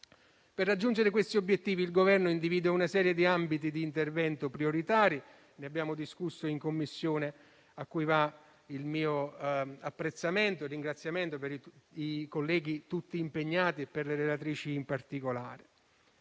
Per raggiungere questi obiettivi il Governo individua una serie di ambiti di intervento prioritari, di cui abbiamo discusso in Commissione; rivolgo pertanto il mio apprezzamento e ringraziamento a tutti i colleghi, alle relatrici in particolare.